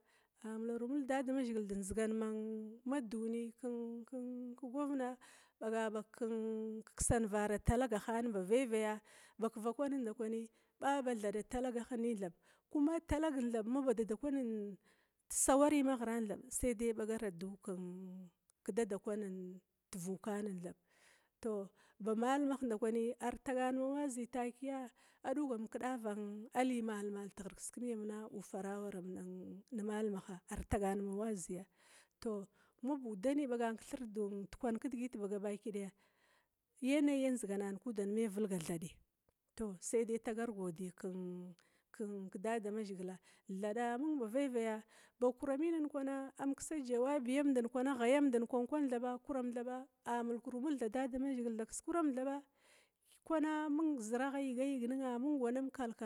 A mulara mul nedamazhigil dendzigan ma duni k-k-ke govena borno baga bag ken kesanvara talagah badum, bakva kwanin ndakwi ɓa ba thira talaghanin thab, kuma talagan nin thab ma ba dadakwanin mung sawari ma ghira sadai ɓaga adu ken kedada kwanin tuvukwan, tou ba mallumah ndakwi ar tagana ma wazi takia aduwan duga kedava li malmal teghir kuskurama ufara awaram nin nim malumah ar tagan ma wazia tou mabudani ɓagan kethir dekwan kidigit ba gabaki daya yanayi ndziganan me vilgathadi tou sede tagar goɗi ken ked adama zhigila. thada mung ba veve, bakuram kwana am kisa jawabiyam kwankwana thaba a mulkuru mulg thab dadamzhigil thaba. Kwana mung zir agha yiga yigna mung wan am kal.